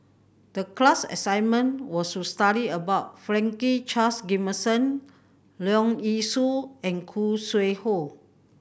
the class assignment was to study about Franklin Charles Gimson Leong Yee Soo and Khoo Sui Hoe